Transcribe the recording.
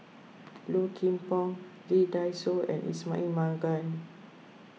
Low Kim Pong Lee Dai Soh and Ismail Marjan